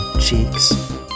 cheeks